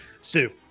sue